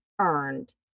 earned